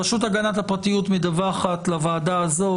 הרשות להגנת הפרטיות מדווחת לוועדה הזאת,